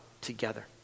together